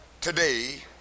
today